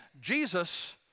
Jesus